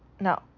no